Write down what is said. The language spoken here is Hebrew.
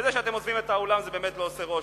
וזה שאתם עוזבים את האולם באמת לא עושה רושם,